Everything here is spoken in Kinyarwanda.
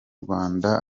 rwanda